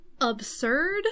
absurd